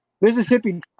Mississippi